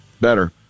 Better